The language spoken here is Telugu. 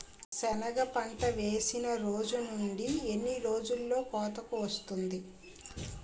సెనగ పంట వేసిన రోజు నుండి ఎన్ని రోజుల్లో కోతకు వస్తాది?